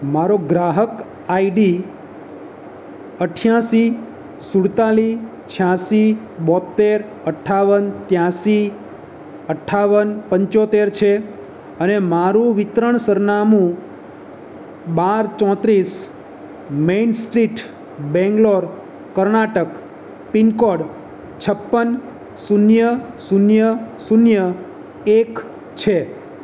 મારો ગ્રાહક આઈડી અઠયાસી સૂડતાલીસ છ્યાંસી બોત્તેર અઠ્ઠાવન ત્યાસી અઠ્ઠાવન પંચોતેર છે અને મારું વિતરણ સરનામું બાર ચોત્રીસ main street Bangalore Karnataka pin code છપ્પન શૂન્ય શૂન્ય શૂન્ય એક છે